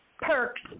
perks